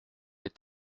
est